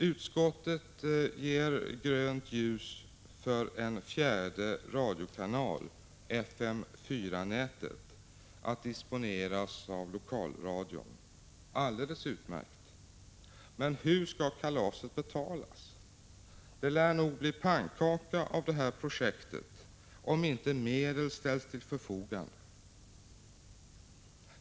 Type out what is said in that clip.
Utskottet ger grönt ljus för en fjärde radiokanal, FM 4-nätet, 3 juni 1986 att disponeras av lokalradion. Alldeles utmärkt! Men hur skall kalaset betalas? Det lär bli pannkaka av projektet om inte medel ställs till förfogande.